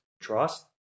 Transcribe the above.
trust